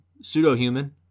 pseudo-human